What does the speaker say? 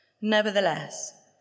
Nevertheless